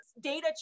data